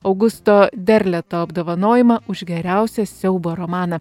augusto derleto apdovanojimą už geriausią siaubo romaną